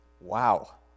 Wow